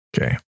okay